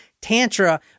Tantra